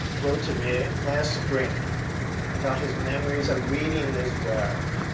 wrote to me last spring about his memories of reading this verse.